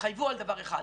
תתחייבו על דבר אחד.